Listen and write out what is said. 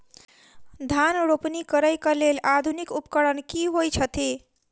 धान रोपनी करै कऽ लेल आधुनिक उपकरण की होइ छथि?